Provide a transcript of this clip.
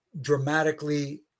dramatically